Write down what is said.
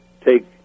take